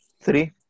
Three